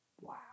Wow